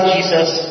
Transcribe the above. Jesus